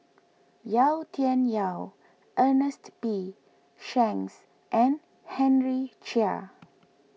Yau Tian Yau Ernest P Shanks and Henry Chia